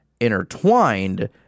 intertwined